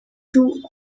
two